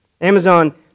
Amazon